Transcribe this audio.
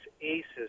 Aces